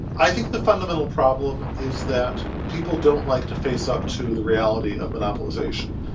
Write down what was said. i think the fundamental problem is that people don't like to face up to the reality of monopolisation.